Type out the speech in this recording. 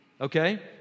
Okay